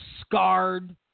scarred